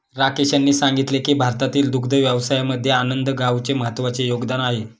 राकेश यांनी सांगितले की भारतातील दुग्ध व्यवसायामध्ये आनंद गावाचे महत्त्वाचे योगदान आहे